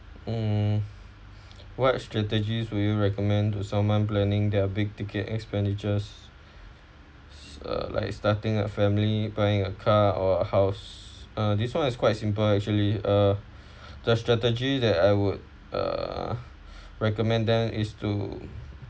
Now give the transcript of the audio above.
mm what strategies will you recommend to someone planning there are big-ticket expenditures uh like starting a family buying a car or a house uh this [one] is quite simple actually uh the strategy that I would uh recommend them is to